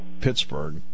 Pittsburgh